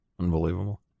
Unbelievable